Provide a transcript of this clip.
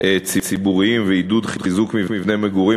ציבוריים ועידוד חיזוק מבני מגורים